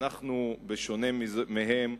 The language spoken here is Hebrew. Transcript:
אנחנו, בשונה מהם,